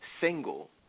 single